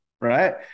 Right